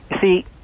see